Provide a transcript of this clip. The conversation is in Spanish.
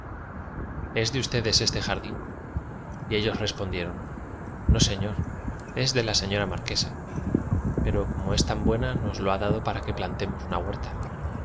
es de ustedes este jardín y ellos res pondieron no señor es de la señora mar quesa pero como es tan buena nos lo ha dado para que plantemos una huerta